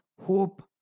hope